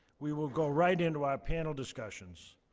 we will go right into our panel discussions,